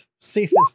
Safest